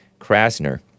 Krasner